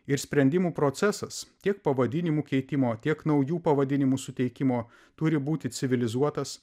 ir sprendimų procesas tiek pavadinimų keitimo tiek naujų pavadinimų suteikimo turi būti civilizuotas